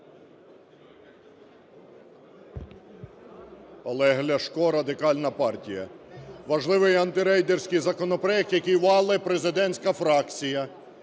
Олег Ляшко, Радикальна партія. Важливий антирейдерський законопроект, який валить президентська фракція.